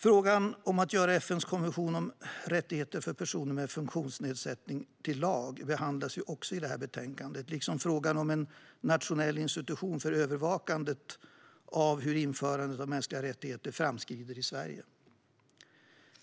Frågan om att göra FN:s konvention om rättigheter för personer med funktionsnedsättning till lag behandlas också i betänkandet, liksom frågan om en nationell institution för övervakandet av hur införandet av mänskliga rättigheter framskrider i Sverige.